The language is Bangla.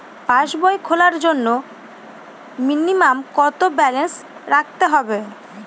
পাসবই খোলার জন্য মিনিমাম কত ব্যালেন্স রাখতে হবে?